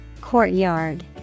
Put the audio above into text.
Courtyard